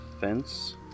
fence